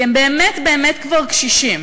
כי הם באמת באמת כבר קשישים,